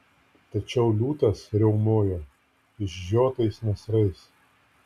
tačiau liūtas riaumojo išžiotais nasrais